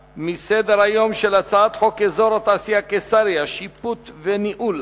מסדר-היום של הצעת חוק אזור התעשייה קיסריה (שיפוט וניהול),